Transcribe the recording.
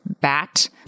bat